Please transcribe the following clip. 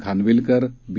Khanwilkar बी